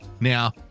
Now